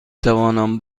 توانم